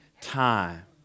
time